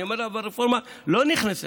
אני אומר להם: אבל הרפורמה לא נכנסה,